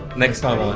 next time ah